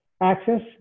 Access